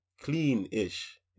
clean-ish